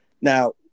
Now